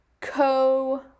co